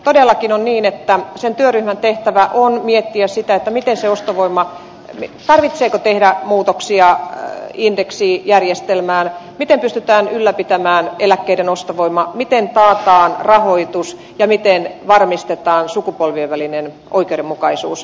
todellakin on niin että sen työryhmän tehtävä on miettiä sitä tarvitseeko tehdä muutoksia indeksijärjestelmään miten pystytään ylläpitämään eläkkeiden ostovoima miten taataan rahoitus ja miten varmistetaan sukupolvien välinen oikeudenmukaisuus